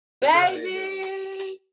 Baby